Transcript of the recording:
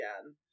again